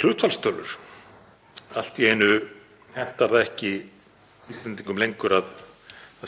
hlutfallstölur. Allt í einu hentar það ekki Íslendingum lengur að